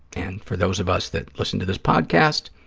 and for those of us that listen to this podcast,